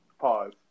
Pause